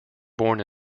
born